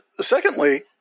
secondly